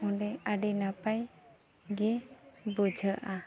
ᱚᱸᱰᱮ ᱟᱹᱰᱤ ᱱᱟᱯᱟᱭᱜᱮ ᱵᱩᱡᱷᱟᱹᱜᱼᱟ